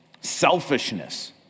selfishness